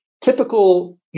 typical